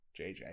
JJ